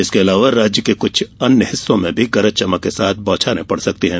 इसके अलावा राज्य के कुछ हिस्सों में भी गरज चमक के साथ बौछारें पड़ सकती है